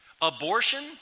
Abortion